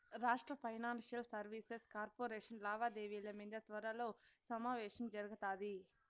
రాష్ట్ర financial services corporation లావాదేవిల మింద త్వరలో సమావేశం జరగతాది